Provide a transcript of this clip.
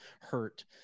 hurt